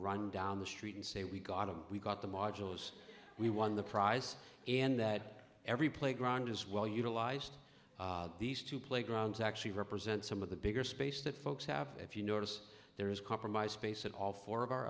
run down the street and say we got a we got the modules we won the prize and that every playground is well utilized these two playgrounds actually represent some of the bigger space that folks have if you notice there is compromise base in all four of our